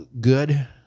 good